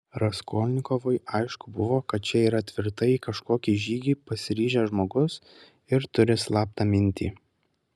raskolnikovui aišku buvo kad čia yra tvirtai į kažkokį žygį pasiryžęs žmogus ir turi slaptą mintį